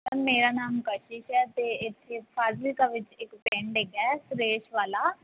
ਮੇਰਾ ਨਾਮ ਕਸ਼ਿਸ਼ ਹੈ ਅਤੇ ਇੱਥੇ ਫਾਜ਼ਲਿਕਾ ਵਿੱਚ ਇੱਕ ਪਿੰਡ ਹੈਗਾ ਸੁਰੇਸ਼ ਵਾਲਾ